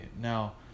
Now